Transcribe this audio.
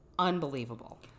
Unbelievable